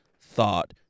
thought